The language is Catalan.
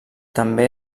també